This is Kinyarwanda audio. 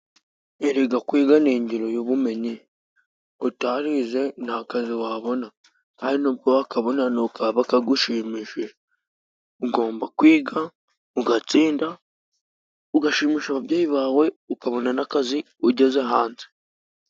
Erega kwiga ni indiri y'ubumenyi, utarize nta kazi wabona. Kandi n'ubwo wakabona nta bwo kaba kagushimishije. Ugomba kwiga, ugatsinda, ugashimisha ababyeyi bawe, ukabona n'akazi ugeze hanze.